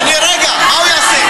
נגד אביגדור